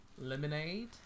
Lemonade